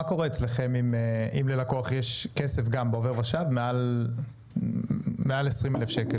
מה קורה אצלכם אם ללקוח יש כסף גם בעובר ושב מעל 20,000 שקל?